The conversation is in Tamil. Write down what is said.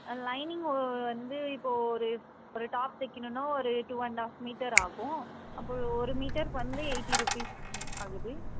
ஆ லைனிங் வந்து இப்போ ஒரு ஒரு டாப் தைக்கணும்னா ஒரு டூ அண்ட் ஆஃப் மீட்டர் ஆகும் அப்போ ஒரு மீட்டர்க்கு வந்து எயிட்டி ருப்பீஸ் ஆகுது